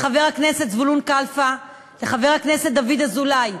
לחבר הכנסת זבולון קלפה ולחבר הכנסת דוד אזולאי,